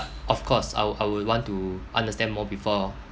of course I would I would want to understand more before